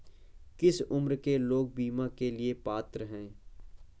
किस उम्र के लोग बीमा के लिए पात्र हैं?